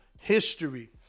history